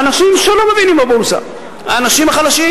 האנשים שלא מבינים בבורסה, האנשים החלשים.